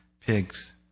pigs